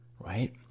right